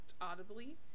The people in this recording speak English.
audibly